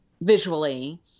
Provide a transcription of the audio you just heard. visually